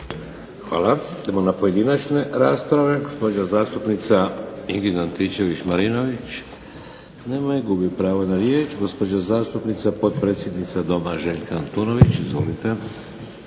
Hvala. Idemo na pojedinačne rasprave. Gospođa zastupnica Ingrid Antičević-Marinović. Nema je, gubi pravo na riječ. Gospođa zastupnica potpredsjednica Doma Željka Antunović, izvolite.